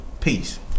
Peace